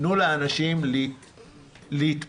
תיתנו לאנשים להתפרק.